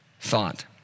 thought